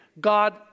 God